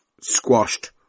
squashed